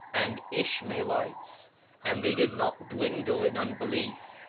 and ishmaelites and they did not dwindle in unbelief,